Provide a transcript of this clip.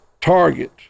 Target